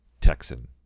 Texan